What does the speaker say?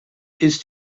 ist